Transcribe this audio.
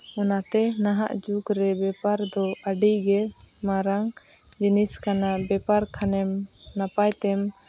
ᱚᱱᱟᱛᱮ ᱱᱟᱦᱟᱜ ᱡᱩᱜᱽ ᱨᱮ ᱵᱮᱯᱟᱨ ᱫᱚ ᱟᱹᱰᱤ ᱜᱮ ᱢᱟᱨᱟᱝ ᱡᱤᱱᱤᱥ ᱠᱟᱱᱟ ᱵᱮᱯᱟᱨ ᱠᱷᱟᱱᱮᱢ ᱱᱟᱯᱟᱭ ᱛᱮᱢ